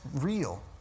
real